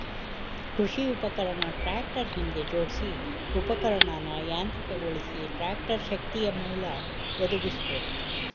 ಕೃಷಿ ಉಪಕರಣ ಟ್ರಾಕ್ಟರ್ ಹಿಂದೆ ಜೋಡ್ಸಿ ಉಪಕರಣನ ಯಾಂತ್ರಿಕಗೊಳಿಸಿ ಟ್ರಾಕ್ಟರ್ ಶಕ್ತಿಯಮೂಲ ಒದಗಿಸ್ಬೋದು